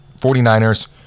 49ers